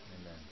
Amen